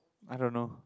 I don't know